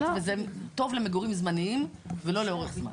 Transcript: וזה טוב למגורים זמניים ולא לאורך זמן.